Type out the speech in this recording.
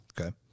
Okay